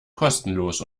kostenlos